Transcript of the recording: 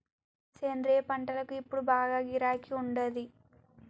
సేంద్రియ పంటలకు ఇప్పుడు బాగా గిరాకీ ఉండాది